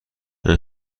این